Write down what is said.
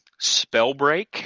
Spellbreak